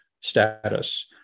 status